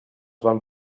van